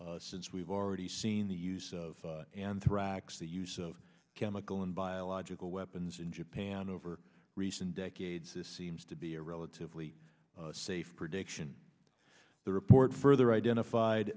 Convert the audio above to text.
thirteen since we've already seen the use of anthrax the use of chemical and biological weapons in japan over recent decades this seems to be a relatively safe prediction the report further identified